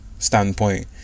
Standpoint